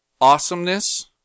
awesomeness